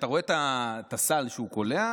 אתה רואה את הסל שהוא קולע,